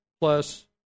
plus